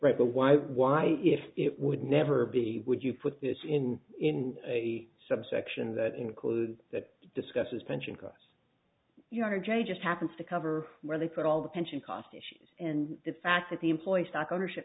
right but why why if it would never be would you put this in in a subsection that includes that discusses pension costs your jay just happens to cover where they put all the pension cost issues and the fact that the employee stock ownership